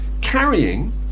carrying